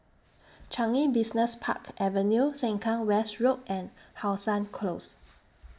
Changi Business Park Avenue Sengkang West Road and How Sun Close